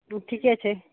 ओ ठीके छै